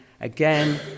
again